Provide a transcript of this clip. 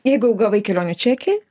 jeigu jau gavai kelionių čekį